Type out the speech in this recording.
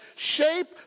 shape